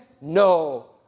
No